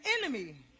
enemy